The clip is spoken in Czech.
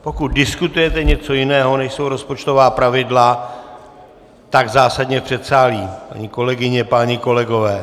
Pokud diskutujete něco jiného, než jsou rozpočtová pravidla, tak zásadně v předsálí, paní kolegyně, páni kolegové.